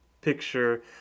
picture